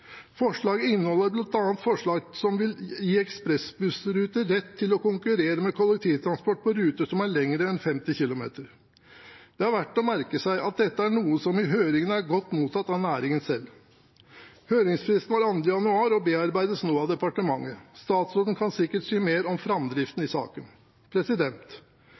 Forslaget inneholder bl.a. forslag som vil gi ekspressbussruter rett til å konkurrere med kollektivtransport på ruter som er lengre enn 50 km. Det er verdt å merke seg at dette er noe som i høringen er godt mottatt av næringen selv. Høringsfristen var 2. januar, og det bearbeides nå av departementet. Statsråden kan sikkert si mer om framdriften i saken.